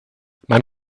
man